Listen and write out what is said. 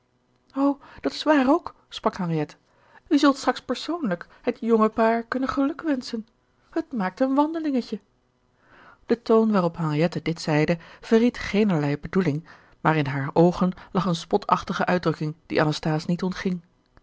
dat is waar ook sprak henriette u zult straks persoonlijk het jonge paar kunnen geluk wenschen het maakt een wandelingetje de toon waarop henriette dit zeide verried geenerlei bedoeling maar in hare oogen lag eene spotachtige uitdrukking die anasthase niet ontging